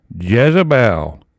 Jezebel